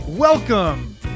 Welcome